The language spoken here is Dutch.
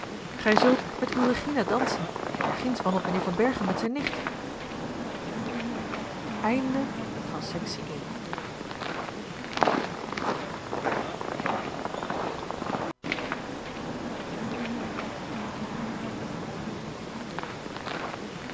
gij zult met uwe regina dansen daar ginds wandelt mijnheer van berchem met zijne nicht